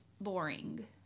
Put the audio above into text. boring